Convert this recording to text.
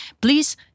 please